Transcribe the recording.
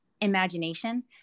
imagination